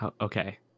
okay